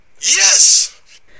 Yes